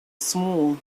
small